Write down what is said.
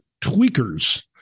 tweakers